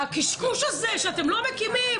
הקשקוש הזה שאתם לא מקימים